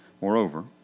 Moreover